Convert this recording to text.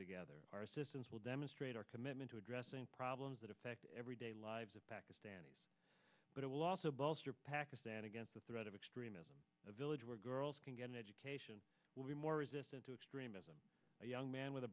together our assistance will demonstrate our commitment to addressing problems that affect everyday lives of pakistanis but it will also bolster pakistan against the threat of extremism a village where girls can get an education will be more resistant to extremism a young man with a